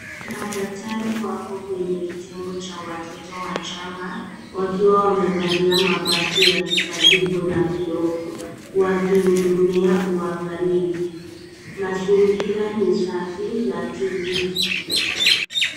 Madaktari wako kwenye kitengo cha watoto wachanga, wakiwa wamevalia mavazi ya kitabibu na glovu, wakihudumia uangalifu. Mazingiza ni safi na tulivu.